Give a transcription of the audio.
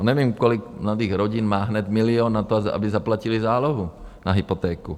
Nevím, kolik mladých rodin má hned milion na to, aby zaplatili zálohu na hypotéku.